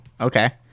okay